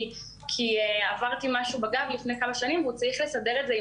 כי עברתי משהו בגב לפני כמה שנים והוא צריך לסדר את זה.